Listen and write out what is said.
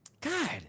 God